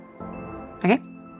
Okay